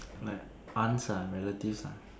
like aunts ah relative ah